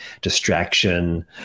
distraction